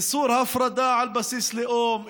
איסור הפרדה על בסיס לאום,